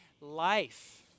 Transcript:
life